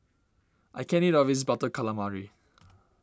I can't eat all of this Butter Calamari